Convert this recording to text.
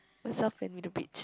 myself and little bitch